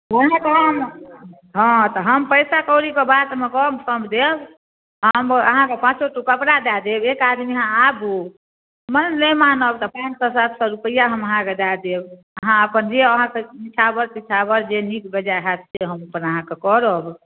हँ तऽ हम पैसा कौड़ीके बातमे कम सम देब हम अहाँके पाँचो टुक कपड़ा दए देब एक आदमी अहाँ आबू मन नहि मानत तऽ पाँच सए सात सए रुपआ हम अहाँकेँ दए देब अहाँ अपन जे अहाँकेँ निछाओर पिछाओर जे नीक बेजाय होयत से हम अपन अहाँकेँ करब